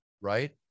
right